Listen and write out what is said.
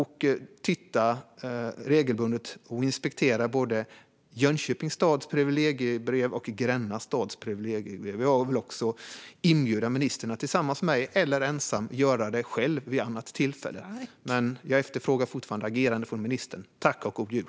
Då tittar jag också regelbundet på både Jönköpings stads privilegiebrev och Gränna stads privilegiebrev. Jag vill också inbjuda ministern att tillsammans med mig eller ensam göra detta vid ett annat tillfälle. Men jag efterfrågar fortfarande agerande från ministern. Tack och god jul!